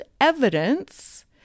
evidence